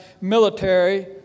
military